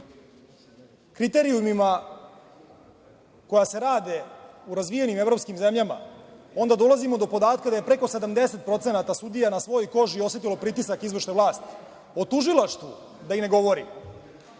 kriterijumima koja se rade u razvijenim evropskim zemljama, onda dolazimo do podatka da je preko 70% sudija na svojoj koži osetilo pritisak izvršne vlasti. O tužilaštvu, da i ne govorim.